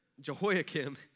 Jehoiakim